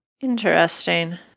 interesting